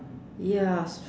ya